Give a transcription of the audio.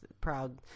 proud